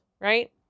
right